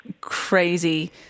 crazy